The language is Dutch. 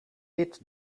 dit